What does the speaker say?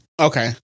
Okay